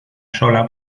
sola